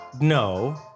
No